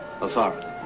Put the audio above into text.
authority